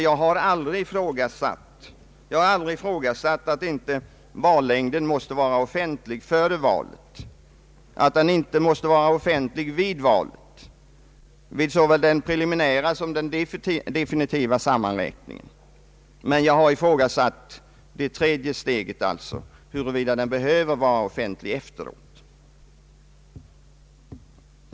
Jag har aldrig ifrågasatt att vallängden skall vara offentlig före valet eller att den måste vara offentlig vid valet, vid såväl den preliminära som den definitiva sammanräkningen, men jag har ifrågasatt det tredje steget: huruvida den behöver vara offentlig efteråt.